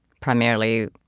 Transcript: primarily